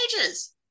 pages